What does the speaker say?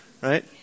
Right